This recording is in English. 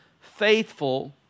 faithful